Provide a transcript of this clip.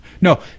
No